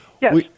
Yes